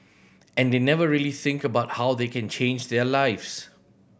and they never really think about how they can change their lives